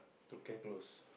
to care close